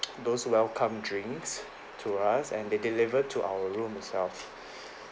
those welcome drinks to us and they delivered to our room itself